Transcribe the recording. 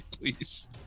Please